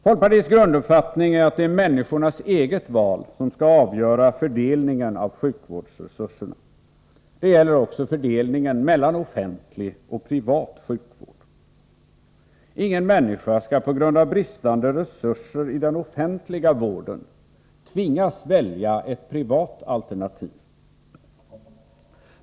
Folkpartiets grunduppfattning är att det är människornas eget val som skall avgöra fördelningen av sjukvårdsresurserna. Det gäller också fördelningen mellan offentlig och privat vård. Ingen människa skall på grund av bristande resurser i den offentliga vården tvingas välja ett privat alternativ.